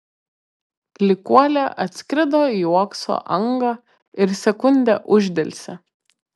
klykuolė atskrido į uokso angą ir sekundę uždelsė